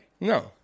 No